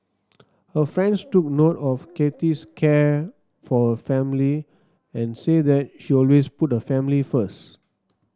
her friends took note of Kathy's care for her family and said that she always put her family first